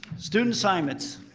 student assignments.